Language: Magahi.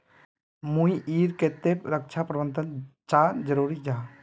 भाई ईर केते रक्षा प्रबंधन चाँ जरूरी जाहा?